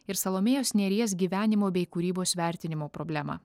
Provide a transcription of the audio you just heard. ir salomėjos nėries gyvenimo bei kūrybos vertinimo problemą